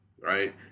right